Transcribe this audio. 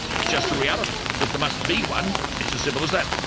it's just a reality that there must be one, it's as simple as that.